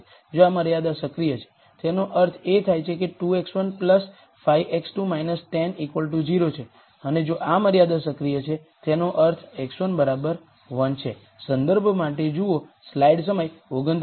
જો આ મર્યાદા સક્રિય છે તેનો અર્થ એ કે 2x1 5x2 10 0 અને જો આ મર્યાદા સક્રિય છે તેનો અર્થ x1 1